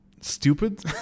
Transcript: stupid